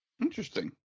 Interesting